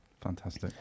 Fantastic